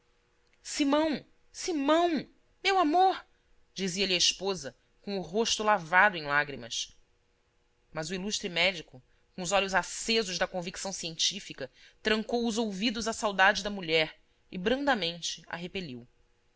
simão simão meu amor dizia-lhe a esposa com o rosto lavado em lágrimas mas o ilustre médico com os olhos acesos da convicção científica trancou os ouvidos à saudade da mulher e brandamente a repeliu